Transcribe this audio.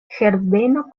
herbeno